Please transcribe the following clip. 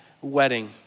wedding